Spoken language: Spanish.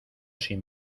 sin